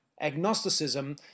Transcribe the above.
Agnosticism